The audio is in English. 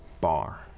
bar